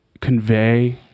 convey